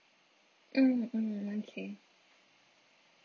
mm mm okay